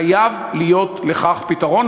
חייב להיות לכך פתרון.